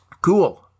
cool